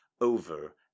over